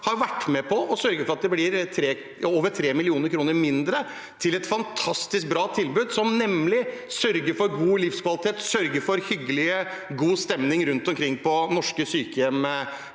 har vært med på å sørge for at det blir over 3 mill. kr mindre til et fantastisk bra tilbud, som nettopp sørger for god livskvalitet og god stemning rundt omkring på norske sykehjem?